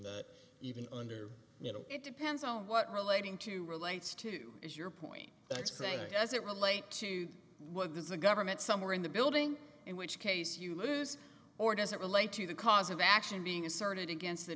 that even under you know it depends on what relating to relates to is your point that's playing does it relate to what does the government somewhere in the building in which case you lose or does it relate to the cause of action being asserted against the